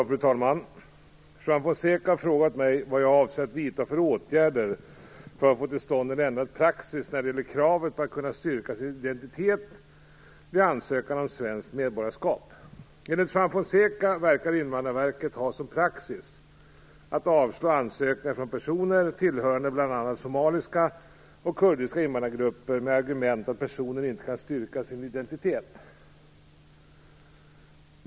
Fru talman! Juan Fonseca har frågat mig vad jag avser att vidta för åtgärder för att få till stånd en ändrad praxis när det gäller kravet på att kunna styrka sin identitet vid ansökan om svenskt medborgarskap. Enligt Juan Fonseca verkar Invandrarverket ha som praxis att avslå ansökningar från personer tillhörande bl.a. somaliska och kurdiska invandrargrupper med argument att personen inte kan styrka sin identitet.